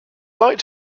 light